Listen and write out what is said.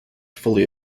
fully